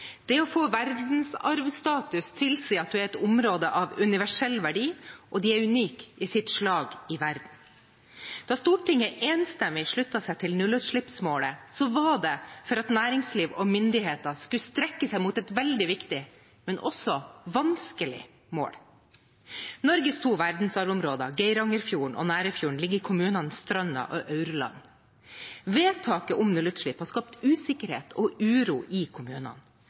Det å få verdensarvstatus tilsier at det er et område av universell verdi, og at det er unikt i sitt slag i verden. Da Stortinget enstemmig sluttet seg til nullutslippsmålet, var det for at næringsliv og myndigheter skulle strekke seg mot et veldig viktig, men også vanskelig, mål. Norges to verdensarvområder, Geirangerfjorden og Nærøyfjorden, ligger i kommunene Stranda og Aurland. Vedtaket om nullutslipp har skapt usikkerhet og uro i kommunene: